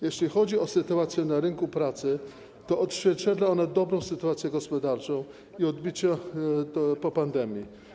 Jeśli chodzi o sytuację na rynku pracy, to odzwierciedla ona dobrą sytuację gospodarczą i odbicie po pandemii.